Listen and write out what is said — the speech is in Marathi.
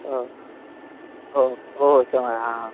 हो हो हो समं हां हां